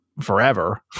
forever